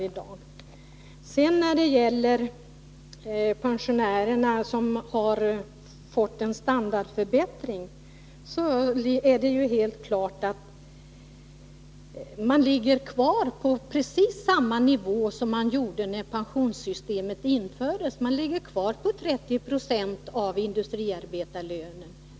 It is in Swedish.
Vad beträffar talet om att pensionärerna har fått en standardförbättring vill jag framhålla att det är helt klart att nivån är precis densamma nu som när pensionssystemet infördes — pensionerna ligger kvar på 30 90 av industriarbetarlönen.